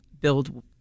build